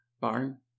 barn